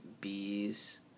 Bees